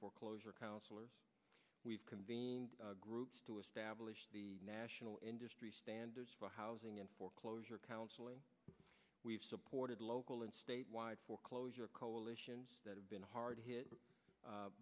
foreclosure counselors we've convened groups to establish the national industry standards for housing and foreclosure counseling we've supported local and statewide foreclosure coalitions that have been hard hit